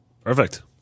Perfect